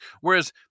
whereas